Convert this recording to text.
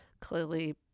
clearly